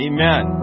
Amen